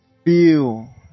feel